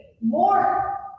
more